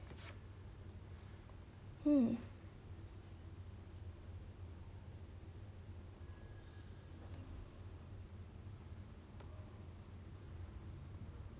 hmm